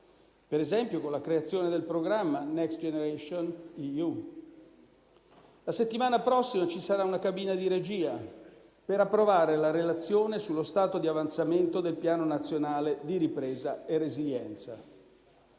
ad esempio con la creazione del programma Next generation EU. La settimana prossima ci sarà una cabina di regia per approvare la relazione sullo stato di avanzamento del Piano nazionale di ripresa e resilienza.